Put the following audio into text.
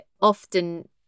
often